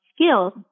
skills